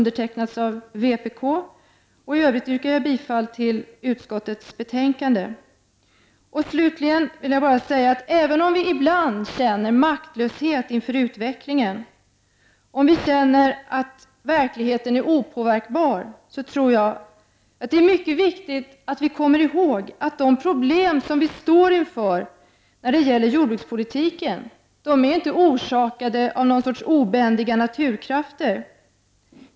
I övrigt yrkar jag bifall till utskottets hemställan. Allra sist vill jag säga att även om vi ibland känner maktlöshet inför utvecklingen, känner att verkligheten är opåverkbar, är det mycket viktigt att komma ihåg att de problem som vi står inför när det gäller jordbrukspolitik inte är orsakade av någon sorts obändiga naturkrafter.